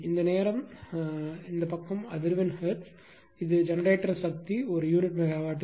இது இந்த நேரம் இந்த பக்கம் அதிர்வெண் ஹெர்ட்ஸ் இது ஜெனரேட்டர் சக்தி ஒரு யூனிட் மெகாவாட்டில்